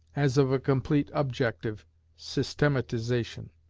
as of a complete objective systematization.